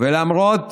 ולמרות